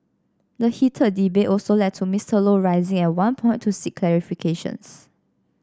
the heated debate also led to Mister Low rising at one point to seek clarifications